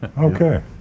Okay